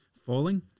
falling